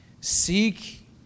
Seek